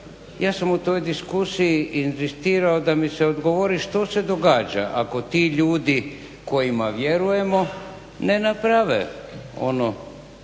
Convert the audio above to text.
ja sam u toj diskusiji inzistirao da mi se odgovori što se događa ako ti ljudi kojima vjerujemo ne naprave ono